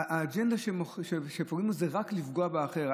האג'נדה שמוכרים פה זה רק לפגוע באחר.